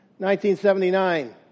1979